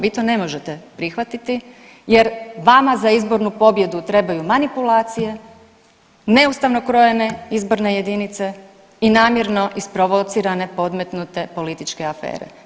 Vi to ne možete prihvatiti jer vama za izbornu pobjedu trebaju manipulacije, neustavno krojene izborne jedinice i namjerno isprovocirane, podmetnute političke afere.